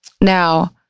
Now